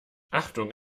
achtung